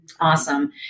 Awesome